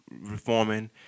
reforming